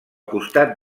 costat